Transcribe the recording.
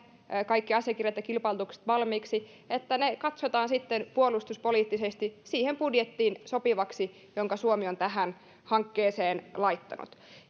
kaikki asiakirjat ja kilpailutukset valmiiksi ne katsotaan sitten puolustuspoliittisesti siihen budjettiin sopivaksi jonka suomi on tähän hankkeeseen laittanut